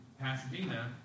Pasadena